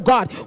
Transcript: God